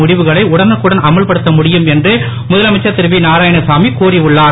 முடிவுகளை உடனுக்குடன் அமல்படுத்த முடியும் என்று முதலமைச்சர் திரு வி நாராயணசாமி கூறி உள்ளார்